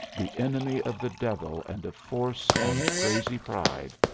the enemy of the devil and of force and crazy pride,